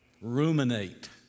ruminate